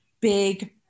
big